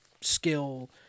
skill